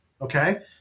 okay